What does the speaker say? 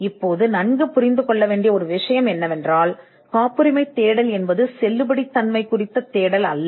இப்போது நன்கு புரிந்து கொள்ள வேண்டிய ஒரு விஷயம் என்னவென்றால் காப்புரிமை தேடல் என்பது செல்லுபடியாகும் தேடல் அல்ல